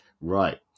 Right